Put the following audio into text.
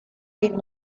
even